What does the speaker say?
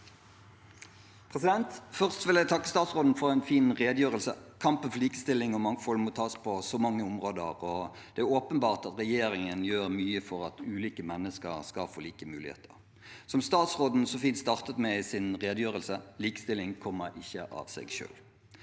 Først vil jeg takke statsråden for en fin redegjørelse. Kampen for likestilling og mangfold må tas på så mange områder, og det er åpenbart at regjeringen gjør mye for at ulike mennesker skal få like muligheter. Som statsråden så fint startet med i sin redegjørelse: «Likestilling kommer ikke av seg selv.»